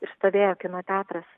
ir stovėjo kino teatras